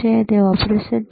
શું તે ઓપરેશન છે